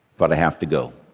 but i have to go.